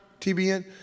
TBN